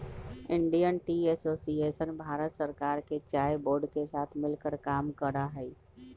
Indian tea association Bharat सरकार के चाय बोर्ड के साथ मिलकर काम करा हई